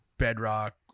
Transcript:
Bedrock